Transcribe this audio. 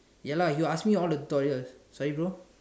ya lah he will ask me all the tutorial sorry bro